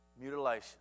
Mutilation